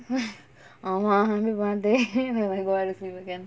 ஆமா:aamaa maybe one day when I go out with him again